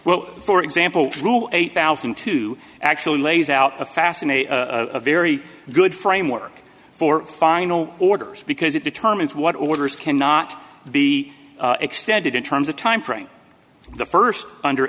well for example rule eight thousand to actually lays out a fascinating a very good framework for final orders because it determines what orders can not be extended in terms of timeframe the st under